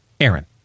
Aaron